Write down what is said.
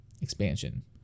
expansion